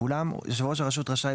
ואולם יושב ראש הרשות רשאי,